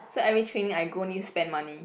so every training I go need spend money